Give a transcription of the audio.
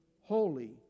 holy